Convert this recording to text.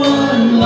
one